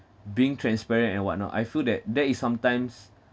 being transparent and whatnot I feel that there is some times